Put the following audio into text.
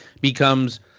becomes